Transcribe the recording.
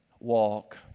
walk